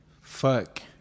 Fuck